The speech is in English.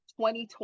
2020